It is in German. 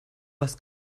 was